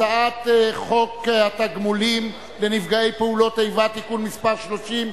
הצעת חוק התגמולים לנפגעי פעולות איבה (תיקון מס' 30),